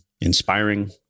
inspiring